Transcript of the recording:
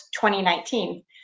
2019